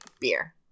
beer